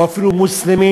או אפילו מוסלמים,